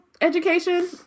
education